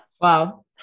Wow